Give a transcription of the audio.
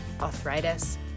arthritis